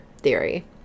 theory